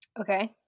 okay